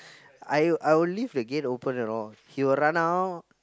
I I will leave the gate open and all he will run out